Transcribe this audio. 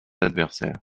adversaires